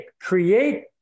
create